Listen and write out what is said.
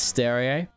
Stereo